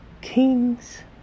kings